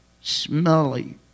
smelly